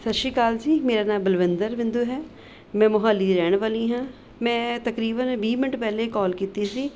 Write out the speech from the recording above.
ਸਤਿ ਸ਼੍ਰੀ ਅਕਾਲ ਜੀ ਮੇਰਾ ਨਾਮ ਬਲਵਿੰਦਰ ਬਿੰਦੂ ਹੈ ਮੈਂ ਮੋਹਾਲੀ ਦੀ ਰਹਿਣ ਵਾਲੀ ਹਾਂ ਮੈਂ ਤਕਰੀਬਨ ਵੀਹ ਮਿੰਟ ਪਹਿਲੇ ਕੋਲ ਕੀਤੀ ਸੀ